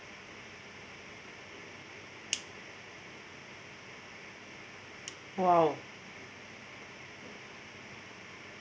!wow!